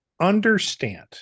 Understand